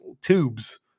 tubes